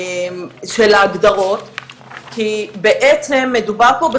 בהסתכלות על